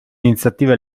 iniziative